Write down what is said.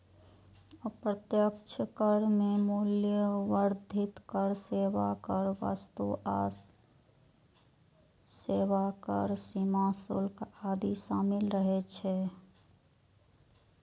अप्रत्यक्ष कर मे मूल्य वर्धित कर, सेवा कर, वस्तु आ सेवा कर, सीमा शुल्क आदि शामिल रहै छै